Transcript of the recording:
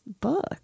book